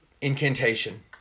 incantation